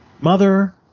Mother